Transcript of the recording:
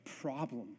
problem